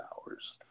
hours